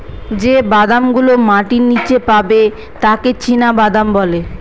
যে বাদাম গুলো মাটির নীচে পাবে তাকে চীনাবাদাম বলে